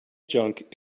junk